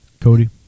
Cody